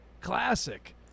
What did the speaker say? Classic